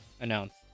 announce